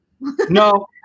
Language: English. no